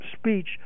speech